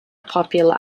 popular